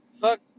Fuck